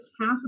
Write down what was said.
half